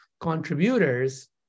contributors